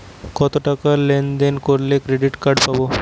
কতটাকা লেনদেন করলে ক্রেডিট কার্ড পাব?